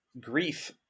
grief